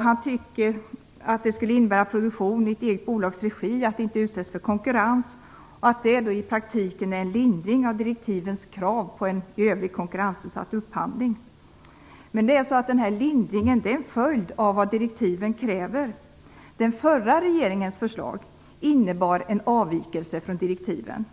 Han tycker det skulle innebära att produktion i ett eget bolags regi inte utsätts för konkurrens och att detta i praktiken är en lindring av direktivens krav på en i övrigt konkurrensutsatt upphandling. Men den här lindringen är en följd av vad direktiven kräver. Den förra regeringens förslag innebar en avvikelse från direktiven.